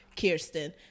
Kirsten